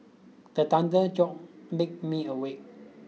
the thunder jolt make me awake